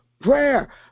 prayer